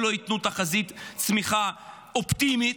לא ייתנו תחזית צמיחה אופטימית,